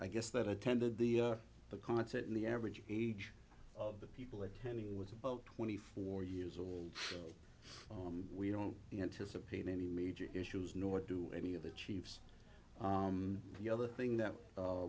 i guess that attended the the concert and the average age of the people it ending was a boat twenty four years old so we don't anticipate any major issues nor do any of the chiefs the other thing that